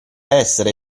essere